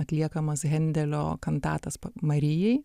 atliekamas hendelio kantatas marijai